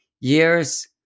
years